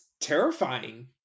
terrifying